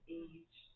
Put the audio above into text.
age